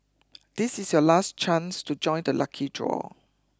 this is your last chance to join the lucky draw